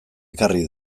ekarri